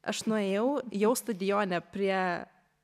aš nuėjau jau stadione prie